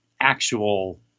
actual